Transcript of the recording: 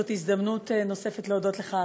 זאת הזדמנות נוספת להודות לך,